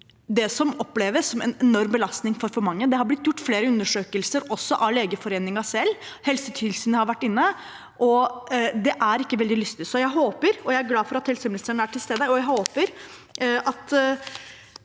det som oppleves som en enorm belastning for mange. Det har blitt gjort flere undersøkelser også av Legeforeningen selv, og Helsetilsynet har vært inne. Det er ikke veldig lystig. Jeg er glad for at helseministeren er til stede,